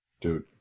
Dude